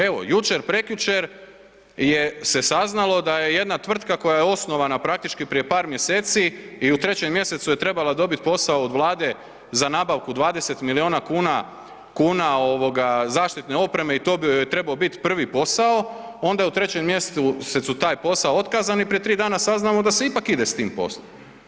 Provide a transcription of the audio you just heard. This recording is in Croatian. Evo, jučer, prekjučer je se saznalo da je jedna tvrtka koja je osnovana praktički prije par mjeseci i u 3. mjesecu je trebala dobiti posao od Vlade za nabavku 20 milijuna kuna zaštitne opreme i to bi joj trebao biti prvi posao, onda je u 3. mj. taj posao otkazan i prije 3 dana saznamo da se ipak ide s tim poslom.